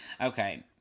Okay